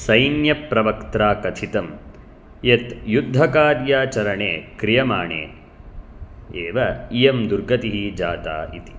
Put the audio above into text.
सैन्यप्रवक्त्रा कथितं यत् युद्धकार्याचरणे क्रियमाणे एव इयं दुर्गतिः जाता इति